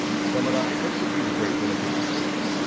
to sum it up, let's review the great benefits we get.